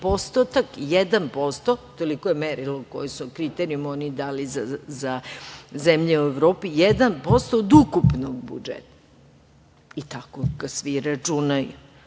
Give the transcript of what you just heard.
1% od ukupnog budžeta i tako ga svi računaju.